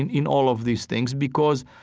and in all of these things because